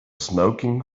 smoking